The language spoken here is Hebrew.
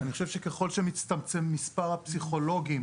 אני חושב שככל שמצטמצם מספר הפסיכולוגים